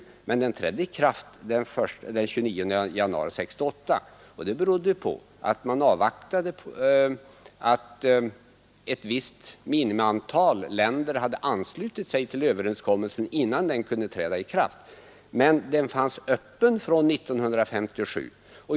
Men den trädde i kraft den 29 januari 1968, och det berodde på att man avvaktade att visst minimiantal länder anslöt sig till överenskommelsen innan den trädde i kraft. Men den fanns öppen från 1957.